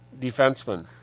defenseman